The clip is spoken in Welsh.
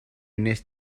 wnest